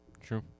True